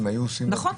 נכון.